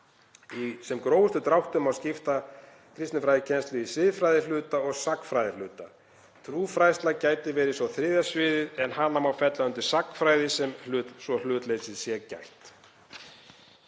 Í sem grófustu dráttum má skipta kristinfræðikennslu í siðfræðihluta og sagnfræðihluta. Trúfræðsla gæti verið þriðja sviðið en hana má fella undir sagnfræði, sé hlutleysis gætt.